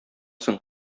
соң